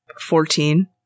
Fourteen